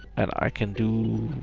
and i can do